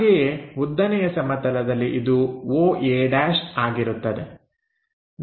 ಹಾಗೆಯೇ ಉದ್ದನೆಯ ಸಮತಲದಲ್ಲಿ ಇದು Oa' ಆಗಿರುತ್ತದೆ